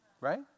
Right